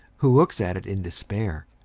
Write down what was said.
who looks at it in despair.